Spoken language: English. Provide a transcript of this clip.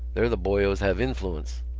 they're the boyos have influence.